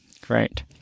Great